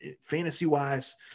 fantasy-wise